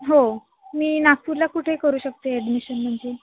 हो मी नागपूरला कुठे करू शकते ॲडमिशन म्हणजे